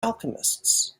alchemists